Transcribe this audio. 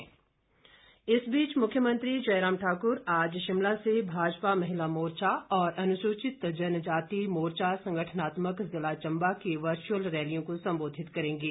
प्रैनो इस बीच मुख्यमंत्री जयराम ठाक्र आज शिमला से भाजपा महिला मोर्चा और अनुसूचित जनजाति मोर्चा संगठनात्मक ज़िला चंबा की वर्चुअल रैलियों को संबोधित करेंगे